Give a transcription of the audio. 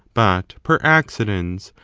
but per accidens,